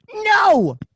No